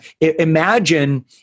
imagine